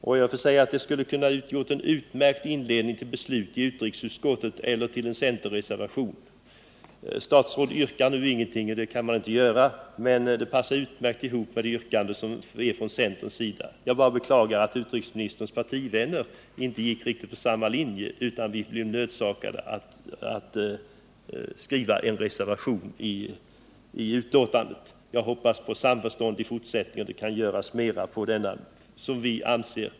Vad han sade skulle ha kunnat utgöra ett utmärkt underlag för ett beslut i utskottet eller text i en centerreservation. Statsrådet yrkade nu ingenting — det kan han inte göra. Men vad han sade överensstämmer utmärkt med centerns förslag. Jag bara beklagar att utrikesministerns partivänner inte gick på samma linje i utskottet, varför vi blev nödsakade att skriva en reservation till betänkandet.